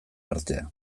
artea